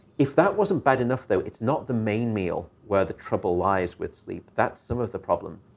if that wasn't bad enough, though, it's not the main meal where the trouble lies with sleep. that's some of the problem.